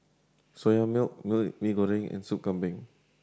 Soya Milk Mee Goreng and Sup Kambing